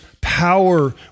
power